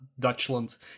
Dutchland